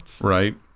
Right